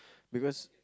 because